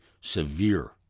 Severe